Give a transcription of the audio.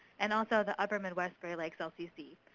and also the upper midwest great lakes lcc.